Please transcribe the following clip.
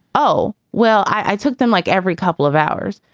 oh, well, i took them like every couple of hours,